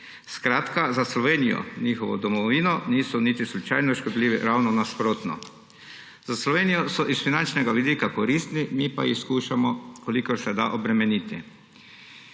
Skratka, za Slovenijo, njihovo domovino, niso niti slučajno škodljivi, ravno nasprotno. Za Slovenijo so s finančnega vidika koristni, mi pa jih skušamo obremeniti,